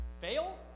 fail